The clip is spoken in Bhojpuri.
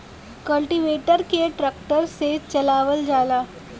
कल्टीवेटर के ट्रक्टर से चलावल जाला